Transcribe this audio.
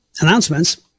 announcements